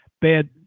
bad